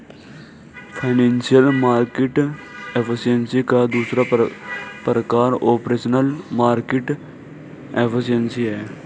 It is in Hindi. फाइनेंशियल मार्केट एफिशिएंसी का दूसरा प्रकार ऑपरेशनल मार्केट एफिशिएंसी है